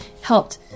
helped